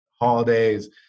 holidays